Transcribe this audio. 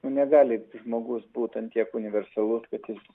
nu negali žmogus būtent tiek universalus kad jis